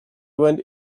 event